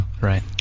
Right